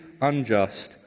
unjust